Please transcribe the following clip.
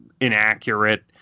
inaccurate